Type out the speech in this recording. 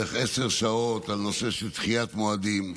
בערך עשר שעות על הנושא של דחיית מועדים.